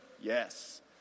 Yes